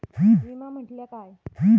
विमा म्हटल्या काय?